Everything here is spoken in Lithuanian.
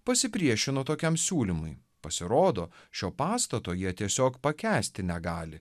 pasipriešino tokiam siūlymui pasirodo šio pastato jie tiesiog pakęsti negali